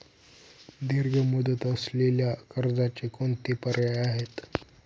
दीर्घ मुदत असलेल्या कर्जाचे कोणते पर्याय आहे?